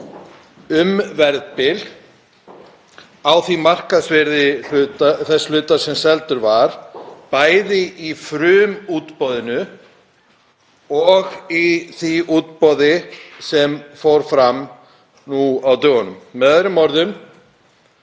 um verðbil á því markaðsvirði þess hluta sem seldur var, bæði í frumútboðinu og í því útboði sem fór fram nú á dögunum. Með öðrum orðum: